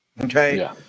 okay